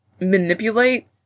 Manipulate